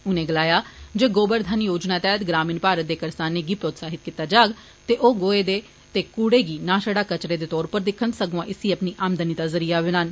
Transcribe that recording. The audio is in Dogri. उनें गलाया जे गोबर धन योजना तैहत ग्रामीण भारत ने करसाने गी प्रोत्साहित कीता जाग जे ओ गोए ते कूड़ा गी नां छड़ा कचरे दे तौरा उप्पर दिक्खन सगुआं इसी अपनी आमदनी दा जरिया बनान